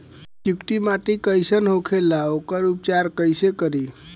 चिकटि माटी कई सन होखे ला वोकर उपचार कई से करी?